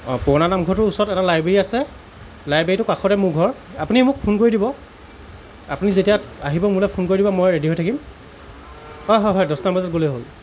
অঁ পুৰণা নামঘৰটোৰ ওচৰত এটা লাইব্ৰেৰী আছে লাইব্ৰেৰীটোৰ কাষতে মোৰ ঘৰ আপুনি মোক ফোন কৰি দিব আপুনি যেতিয়া আহিব মোলৈ ফোন কৰি দিব মই ৰেডি হৈ থাকিম হয় হয় হয় দছটামান বজাত গ'লেই হ'ল